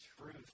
truth